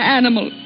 animal